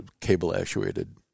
cable-actuated